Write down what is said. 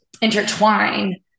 intertwine